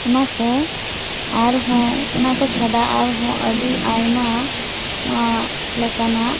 ᱚᱱᱟ ᱠᱚ ᱟᱨᱦᱚᱸ ᱚᱱᱟ ᱠᱚ ᱪᱷᱟᱰᱟ ᱟᱨᱦᱚᱸ ᱟᱹᱰᱤ ᱟᱭᱢᱟ ᱞᱮᱠᱟᱱᱟᱜ